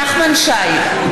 בעד נחמן שי,